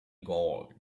gold